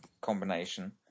combination